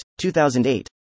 2008